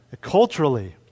Culturally